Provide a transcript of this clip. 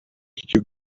you